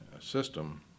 system